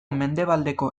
mendebaleko